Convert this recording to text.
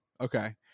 Okay